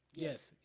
yes